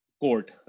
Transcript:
court